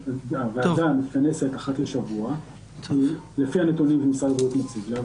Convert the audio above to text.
הוועדה מתכנסת אחת לשבוע לפי הנתונים שמשרד הבריאות מציב לה,